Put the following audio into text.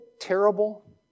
terrible